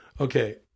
Okay